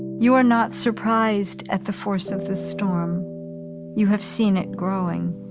you are not surprised at the force of the storm you have seen it growing.